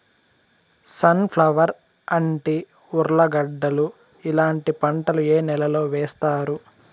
Sun flower, అంటి, ఉర్లగడ్డలు ఇలాంటి పంటలు ఏ నెలలో వేస్తారు?